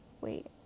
wait